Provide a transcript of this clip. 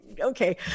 okay